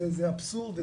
זה אבסורד,